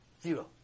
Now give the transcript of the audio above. Zero